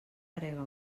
parega